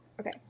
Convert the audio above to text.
Okay